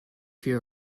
fear